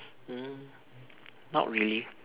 mm not really